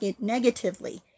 negatively